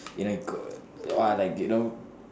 you know you go no lah like you know